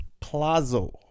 Plazo